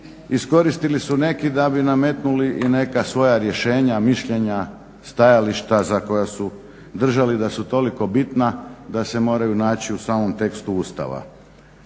iskoristili su neki da bi nametnuli i neka svoja rješenja, mišljenja, stajališta za koja su držali da su toliko bitna da se moraju naći u samom tekstu Ustava.